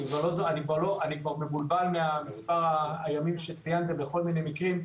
אני כבר מבולבל ממספר הימים שציינתם בכל מיני המקרים.